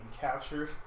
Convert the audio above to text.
captured